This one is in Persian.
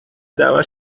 دعوت